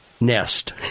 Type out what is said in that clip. nest